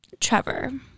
trevor